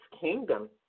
kingdom